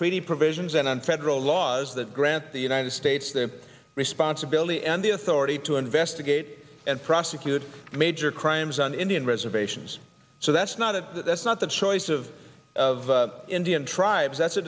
treaty provisions and on federal laws that grants the united states the responsibility and the authority to investigate and prosecute major crimes on indian reservations so that's not it that's not the choice of of indian tribes that's a